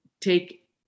take